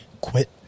quit